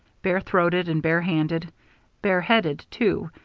bare-throated and bare-handed bare-headed, too,